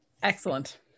Excellent